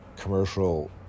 commercial